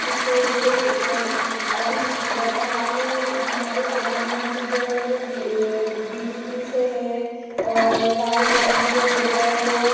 जिसमें जैसे अभी वर्तमान में हमारे प्रधानमंत्री जो है वह वी बी जे पी से है और राहुल गांधी जो हो गए वह